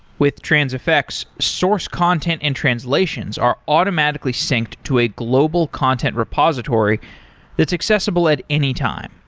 with transifex, source content and translations are automatically synced to a global content repository that's accessible at any time.